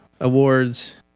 awards